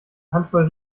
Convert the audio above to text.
handvoll